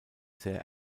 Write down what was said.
sehr